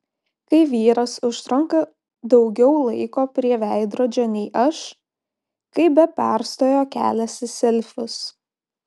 kai vyras užtrunka daugiau laiko prie veidrodžio nei aš kai be perstojo keliasi selfius